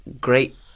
great